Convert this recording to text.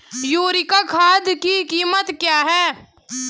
Urea खाद की कीमत क्या है?